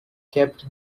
kept